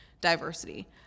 diversity